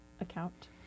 account